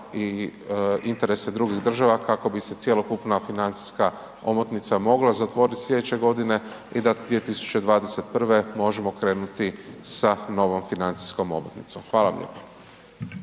i interese drugih država kako bi se cjelokupna financijska omotnica mogla zatvoriti sljedeće godine i da 2021. možemo krenuti sa novom financijskom omotnicom. Hvala vam lijepo.